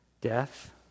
death